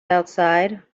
outside